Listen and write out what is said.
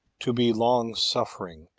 to be long-suffqi'ing,